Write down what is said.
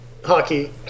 hockey